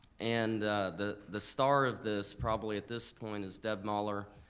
and the the star of this probably at this point is deb muller,